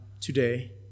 today